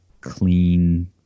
clean